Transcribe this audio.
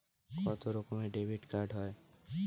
কত রকমের ডেবিটকার্ড হয়?